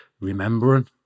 remembering